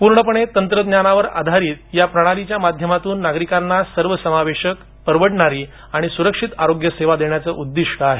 पूर्णपणे तंत्रज्ञानावर आधारित या प्रणालीच्या माध्यमातून नागरिकांना सर्वसमावेशक परवडणारी आणि सुरक्षित आरोग्य सेवा देण्याचं उद्घिष्ट आहे